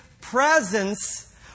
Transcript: presence